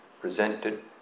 presented